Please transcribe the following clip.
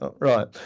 right